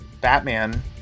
Batman